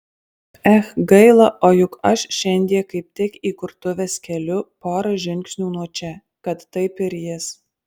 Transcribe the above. ech gaila o juk aš šiandie kaip tik įkurtuves keliu pora žingsnių nuo čia kad taip ir jis